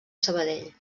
sabadell